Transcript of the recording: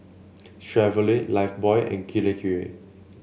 Chevrolet Lifebuoy and Kirei Kirei